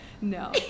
No